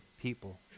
people